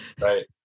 Right